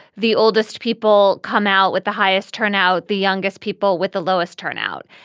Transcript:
the oldest people come out with the highest turnout, the youngest people with the lowest turnout.